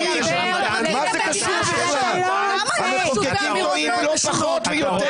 המחוקקים קובעים לא פחות ויותר.